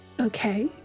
Okay